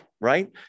right